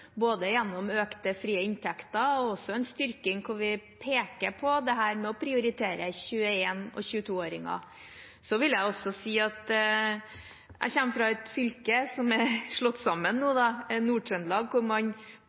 både gjennom økte frie inntekter og en styrking hvor vi peker på dette med å prioritere 21- og 22-åringer. Jeg kommer fra et fylke som nå er slått sammen, Nord-Trøndelag, hvor man